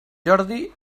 jordi